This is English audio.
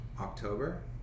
October